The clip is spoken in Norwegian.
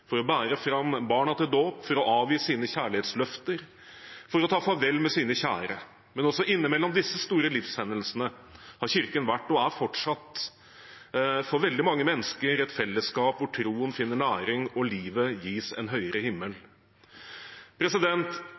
for å bære fram barna til dåp, for å avgi sine kjærlighetsløfter, og for å ta farvel med sine kjære. Men også innimellom disse store livshendelsene har Kirken vært – og er fortsatt – for veldig mange mennesker et fellesskap hvor troen finner næring og livet gis en høyere himmel.